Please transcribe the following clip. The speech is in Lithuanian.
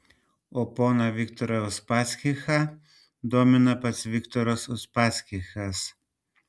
o poną viktorą uspaskichą domina pats ponas viktoras uspaskichas